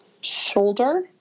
shoulder